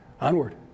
onward